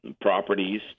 properties